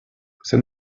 c’est